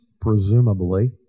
presumably